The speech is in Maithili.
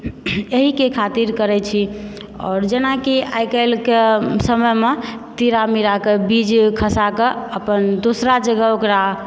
एहि के खातिर करै छी आओर जेनाकि आइ काल्हि के समयमे तीरा मीराके बीजे खसा कऽ अपन दूसरा जगह ओकरा